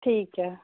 ਠੀਕ ਹੈ